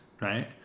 right